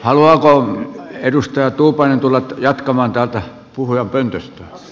haluaako edustaja tuupainen tulla jatkamaan täältä puhujapöntöstä